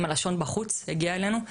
עם הלשון בחוץ הגיעה אלינו,